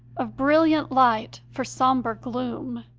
of brilliant light for sombre gloom,